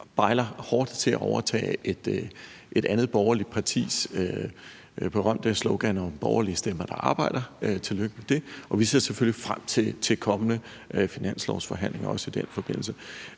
bejler hårdt til at overtage et andet borgerligt partis berømte slogan »Borgerlige stemmer, der arbejder«. Tillykke med det. Vi ser selvfølgelig frem til kommende finanslovsforhandlinger, også i den forbindelse.